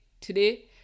today